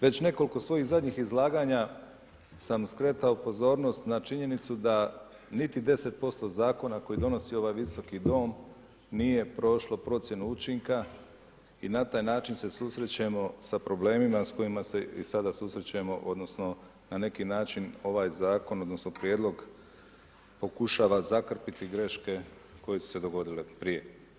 Već nekoliko svojih zadnjih izlaganja sam skretao pozornost na činjenicu da niti 10% zakona koji donosi ovaj Visoki dom, nije prošlo procjenu učinka i na taj način se susrećemo sa problemima s kojima se i sada susrećemo odnosno na neki način odnosno prijedlog pokušava zakrpati greške koje su se dogodile prije.